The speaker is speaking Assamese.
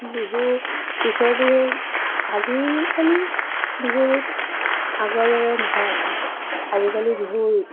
বিহু পিছৰ বিহু আজিকালি বিহুত আগৰ দৰে নহয় আজিকালি বিহুৰ